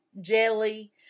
jelly